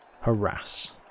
harass